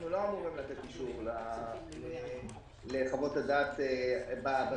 אנחנו לא אמורים לתת אישור לחוות הדעת בשוטף,